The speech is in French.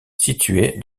situé